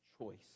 choice